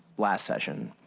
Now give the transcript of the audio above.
last session.